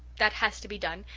that has to be done,